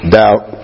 doubt